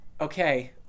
okay